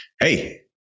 hey